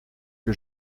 que